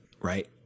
right